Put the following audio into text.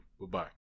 Goodbye